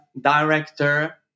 Director